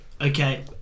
Okay